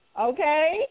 Okay